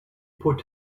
put